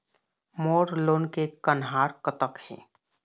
मोर लोन के कन्हार कतक हे?